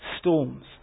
storms